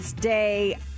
Day